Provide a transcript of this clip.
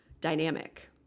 dynamic